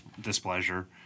displeasure